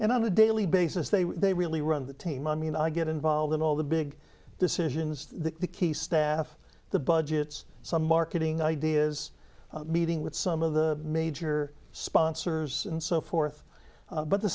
and on a daily basis they they really run the team i mean i get involved in all the big decisions the key staff the budgets some marketing ideas meeting with some of the major sponsors and so forth but the